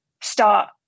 start